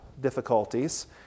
difficulties